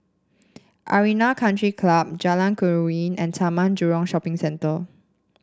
Arena Country Club Jalan Keruing and Taman Jurong Shopping Centre